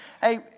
Hey